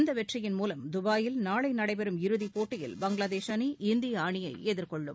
இந்த வெற்றியின் மூலம் துபாயில் நாளை நடைபெறும் இறுதிப் போட்டியில் பங்களாதேஷ் அணி இந்திய அணியை எதிர்கொள்ளும்